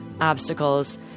obstacles